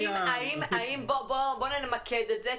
בוא נמקד את זה.